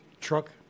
truck